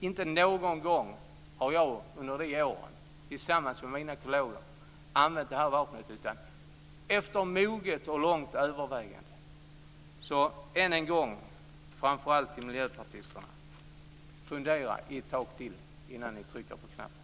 Inte någon gång har jag under de åren tillsammans med mina kolleger använt det här vapnet annat än efter moget och långt övervägande. Så än en gång, framför allt till miljöpartisterna, fundera ett tag till innan ni trycker på knappen!